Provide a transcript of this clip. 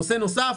נושא נוסף,